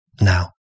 Now